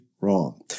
wrong